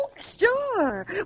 Sure